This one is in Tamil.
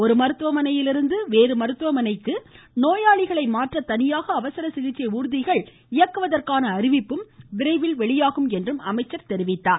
ஒருமருத்துவமனையிலிருந்து வேறு மருத்துவமனைக்கு நோயாளிகளை மாற்ற தனியாக அவசர சிகிச்சை ஊர்திகள் இயக்குவதற்கான அறிவிப்பு வெளியாகும் என்று அமைச்சர் குறிப்பிட்டார்